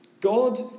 God